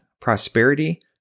prosperity